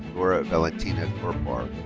lora valentina korpar.